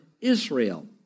Israel